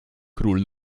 król